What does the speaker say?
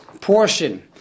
portion